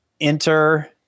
enter